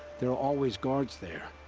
there are always guards there.